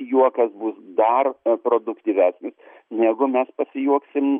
juokas bus dar produktyvesnis negu mes pasijuoksim